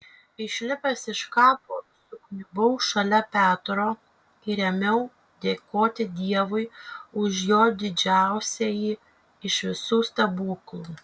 išlipęs iš kapo sukniubau šalia petro ir ėmiau dėkoti dievui už jo didžiausiąjį iš visų stebuklų